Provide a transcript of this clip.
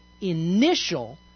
initial